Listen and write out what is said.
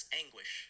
anguish